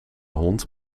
hond